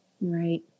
Right